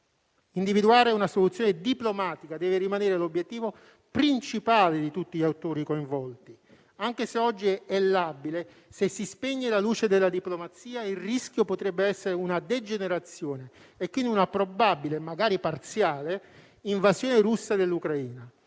Individuare una soluzione diplomatica deve rimanere l'obiettivo principale di tutti gli attori coinvolti. Anche se oggi è labile, se si spegne la luce della diplomazia il rischio potrebbe essere una degenerazione in una probabile, magari parziale, invasione russa dell'Ucraina.